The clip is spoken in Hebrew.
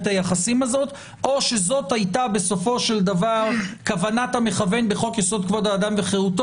היחסים הזאת או שזאת הייתה כוונת המכוון בחוק יסוד כבוד האדם וחירותו.